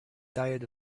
diet